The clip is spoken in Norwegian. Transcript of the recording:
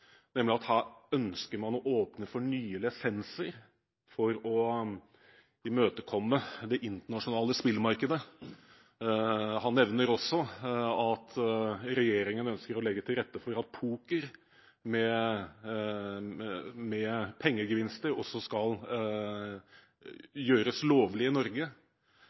nemlig at man her ønsker å åpne for nye lisenser for å imøtekomme det internasjonale spillemarkedet. Han nevner også at regjeringen ønsker å legge til rette for at poker med pengegevinster også skal gjøres lovlig i Norge.